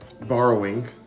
borrowing